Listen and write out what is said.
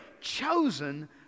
chosen